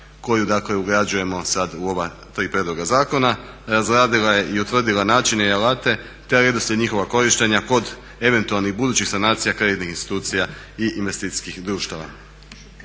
koju dakle ugrađujemo sada u ova tri prijedloga zakona razradila je i utvrdila načine i alate te redoslijed njihova korištenja kod eventualnih budućih sanacija kreditnih institucija i investicijskih društava.